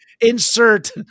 Insert